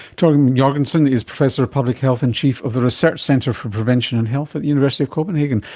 torben jorgenson is professor of public health and chief of the research centre for prevention and health at the university of copenhagen.